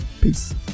peace